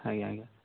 ଆଜ୍ଞା ଆଜ୍ଞା